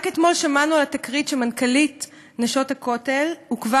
רק אתמול שמענו על תקרית שמנכ"לית "נשות הכותל" עוכבה